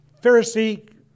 Pharisee